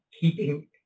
keeping